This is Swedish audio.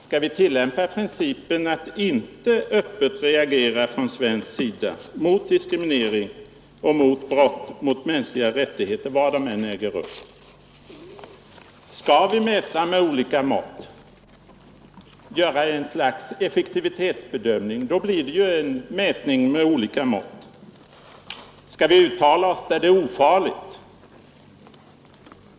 Skall vi tillämpa principen att inte öppet reagera från svensk sida mot diskriminering och mot brott mot mänskliga rättigheter var de än äger rum? Skall vi mäta med olika mått, göra ett slags effektivitetsbedömning? Skall vi uttala oss där det är ofarligt?